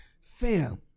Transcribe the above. Fam